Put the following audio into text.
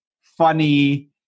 funny